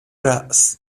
رآس